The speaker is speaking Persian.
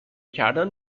کردن